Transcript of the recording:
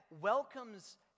welcomes